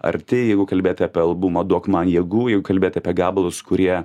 arti jeigu kalbėti apie albumą duok man jėgų jeigu kalbėti apie gabalus kurie